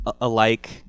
alike